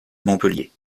montpellier